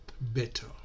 better